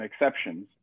exceptions